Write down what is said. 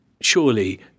surely